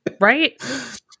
right